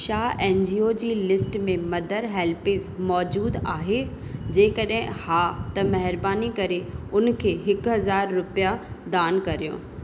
छा N G O जी list में मदर हेल्पेज मौज़ुदु आहे जेकॾहिं हा त महिरबानी करे उन खे हिक हज़ार रुपिया दान करयो